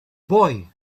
boy